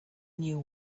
knew